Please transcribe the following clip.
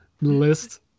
list